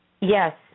Yes